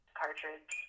cartridge